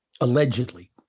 Allegedly